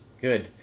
good